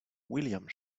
william